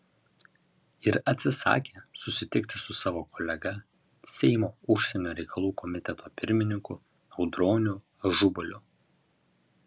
ir atsisakė susitikti su savo kolega seimo užsienio reikalų komiteto pirmininku audroniu ažubaliu